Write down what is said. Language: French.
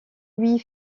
louis